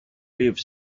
live